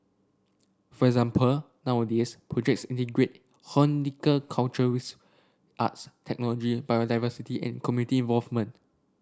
for example nowadays projects integrate horticulture with arts technology biodiversity and community involvement